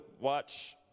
watch